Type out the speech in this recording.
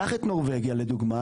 קח את נורבגיה לדוגמה.